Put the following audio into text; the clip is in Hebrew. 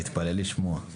תתפלא לשמוע.